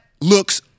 looks